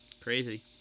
Crazy